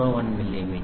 01 millimetre